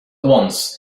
once